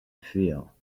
feel